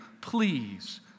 please